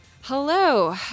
Hello